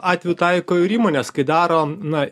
atveju taiko ir įmonės kai daro na